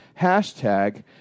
Hashtag